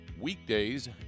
weekdays